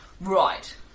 Right